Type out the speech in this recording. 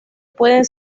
pueden